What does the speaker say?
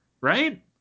Right